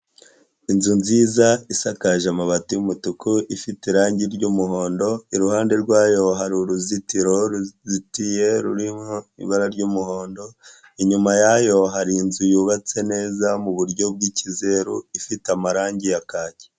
Inzu nziza isakaje amabati y'umutuku ifite irangi ry'umuhondo iruhande rwayo hari uruzitiro ruzitiye ruririmo ibara ry'umuhondo inyuma yayo hari inzu yubatse neza muburyo bw'ikizeru ifite amarangi ya kaki.